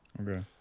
Okay